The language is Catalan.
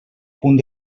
punt